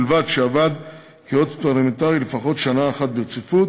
ובלבד שעבד כיועץ פרלמנטרי לפחות שנה אחת ברציפות.